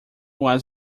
was